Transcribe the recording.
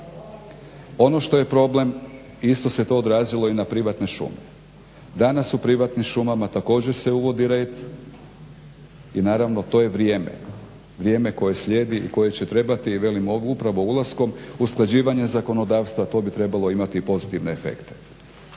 Ono što je problem isto se to odrazilo i na privatne šume. Danas u privatnim šumama također se uvodi red i naravno to je vrijeme, vrijeme koje slijedi i koje će trebati i velim upravo ulaskom usklađivanja zakonodavstva to bi trebalo imati pozitivne efekte.